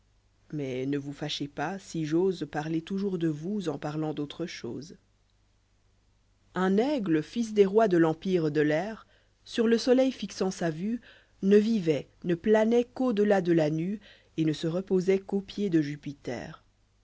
mais ne vous fâchez pas si j'ose parler toujours de vous en parlant d'autre chose un aigle fils des rois de l'empire de l'air sur le soleil fixant sa vue ne vivoit ne planoit quau delà de la nue et ne se reposoit qu'aux pieds de jupiter